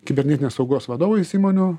kibernetinės saugos vadovais įmonių